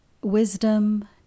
wisdom